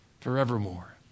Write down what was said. forevermore